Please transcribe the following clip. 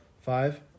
Five